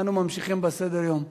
אנו ממשיכים בסדר-היום.